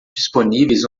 disponíveis